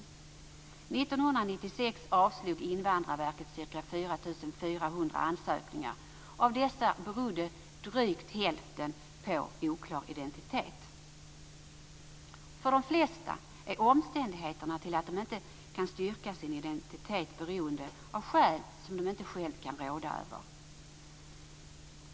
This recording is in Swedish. År 1996 avslog Invandrarverket ca För de flesta har de omständigheter som gör att de inte kan styrka sin identitet skäl som de inte själva kan råda över.